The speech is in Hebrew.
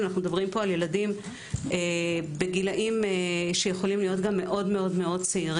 אנו מדברים על ילדים שיכולים להיות בגילאים מאוד צעירים.